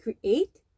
create